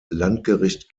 landgericht